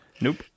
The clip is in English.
Nope